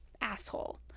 asshole